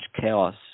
chaos